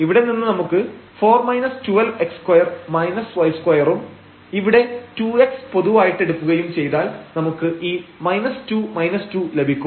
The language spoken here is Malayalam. ഇവിടെ നിന്ന് നമുക്ക് 4 12 x2 y2 ഉം ഇവിടെ 2x പൊതുവായിട്ടെടുക്കുകയും ചെയ്താൽ നമുക്ക് ഈ 2 2 ലഭിക്കും